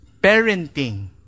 Parenting